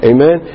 Amen